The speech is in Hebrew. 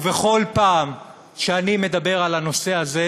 ובכל פעם שאני מדבר על הנושא הזה,